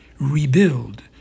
Rebuild